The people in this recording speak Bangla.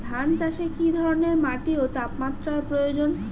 ধান চাষে কী ধরনের মাটি ও তাপমাত্রার প্রয়োজন?